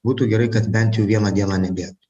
būtų gerai kad bent jau vieną dieną nebėgt